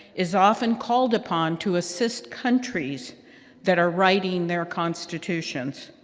is often called upon to assist countries that are writing their constitutions.